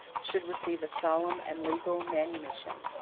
should receive a solemn and legal manumission.